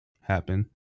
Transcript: happen